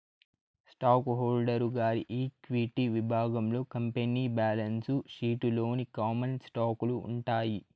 stock holder గారి equity విభాగంలో company balance sheet లోని కామన్ స్టాకులు ఉంటాయి